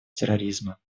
терроризма